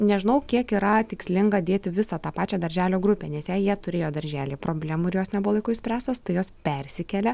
nežinau kiek yra tikslinga dėti visą tą pačią darželio grupę nes jei jie turėjo darželyje problemų ir jos nebuvo laiku išspręstos tai jos persikelia